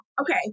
Okay